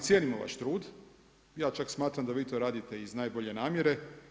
Ali cijenimo vaš trud, ja čak smatram da vi to radite iz najbolje namjere.